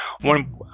One